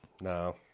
No